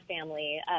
family